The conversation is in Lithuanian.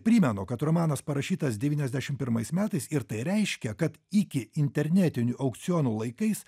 primenu kad romanas parašytas devyniasdešimt pirmais metais ir tai reiškia kad iki internetinių aukcionų laikais